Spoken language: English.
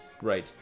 right